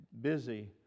busy